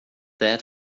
that